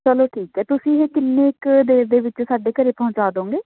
ਚਲੋ ਠੀਕ ਹੈ ਤੁਸੀਂ ਇਹ ਕਿੰਨੇ ਕੁ ਦੇਰ ਦੇ ਵਿੱਚ ਸਾਡੇ ਘਰ ਪਹੁੰਚਾ ਦੋਂਗੇ